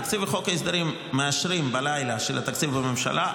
תקציב חוק ההסדרים מאשרים בלילה של התקציב בממשלה.